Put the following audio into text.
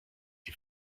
die